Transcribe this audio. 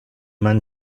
man